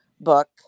book